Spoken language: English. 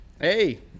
hey